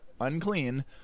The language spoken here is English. unclean